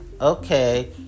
okay